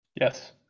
yes